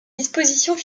dispositions